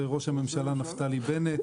השר שלנו זה ראש הממשלה, נפתלי בנט.